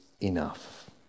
enough